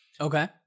Okay